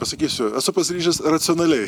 pasakysiu esu pasiryžęs racionaliai